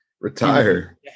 retire